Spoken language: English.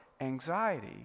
anxiety